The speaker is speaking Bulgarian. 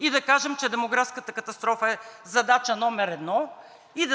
и да кажем, че демографската катастрофа е задача номер едно и